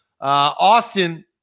Austin